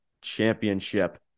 Championship